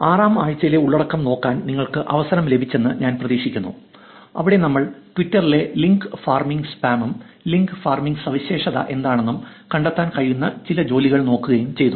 ആറാം ആഴ്ചയിലെ ഉള്ളടക്കം നോക്കാൻ നിങ്ങൾക്ക് അവസരം ലഭിച്ചെന്ന് ഞാൻ പ്രതീക്ഷിക്കുന്നു അവിടെ നമ്മൾ ട്വിറ്ററിലെ ലിങ്ക് ഫാർമിംഗ് സ്പാമും ലിങ്ക് ഫാർമിംഗ് സവിശേഷത എന്താണെന്നും കണ്ടെത്താൻ കഴിയുന്ന ചില ജോലികൾ നോക്കുകയും ചെയ്തു